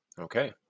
Okay